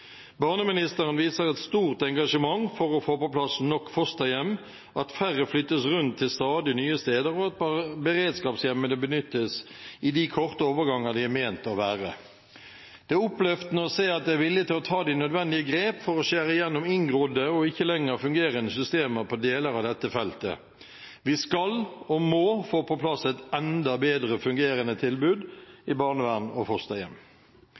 Barneministeren viser et stort engasjement for å få på plass nok fosterhjem, at færre flyttes rundt til stadig nye steder, og at beredskapshjemmene benyttes i de korte overgangene de er ment å være der for. Det er oppløftende å se at det er vilje til å ta de nødvendige grep for å skjære gjennom inngrodde og ikke lenger fungerende systemer på deler av dette feltet. Vi skal og må få på plass et enda bedre fungerende tilbud i barnevern og fosterhjem.